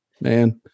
man